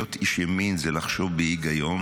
להיות איש ימין זה לחשוב בהיגיון